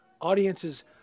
Audiences